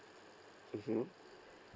mmhmm